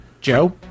Joe